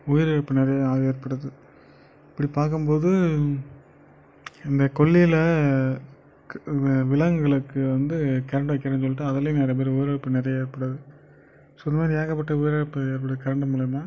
உயிரிழப்பு நிறைய ஆக ஏற்படுது இப்படி பார்க்கும்போது இந்த கொல்லையில க வெ விலங்குகளுக்கு வந்து கரண்டு வைக்கிறன்னு சொல்லிவிட்டு அதுலையும் நிறைய பேர் உயிரிழப்பு நிறைய ஏற்படுது ஸோ இதுமாரி ஏகப்பட்ட உயிரிழப்புகள் ஏற்படுது கரண்டு மூலியமாக